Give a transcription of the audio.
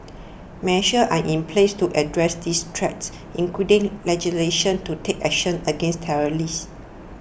measures are in place to address this threat including legislation to take action against terrorists